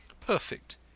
perfect